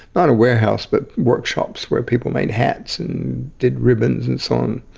not a warehouse but workshops where people made hats and did ribbons and so on.